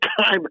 time